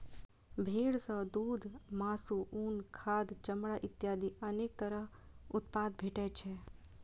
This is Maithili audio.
भेड़ सं दूघ, मासु, उन, खाद, चमड़ा इत्यादि अनेक तरह उत्पाद भेटै छै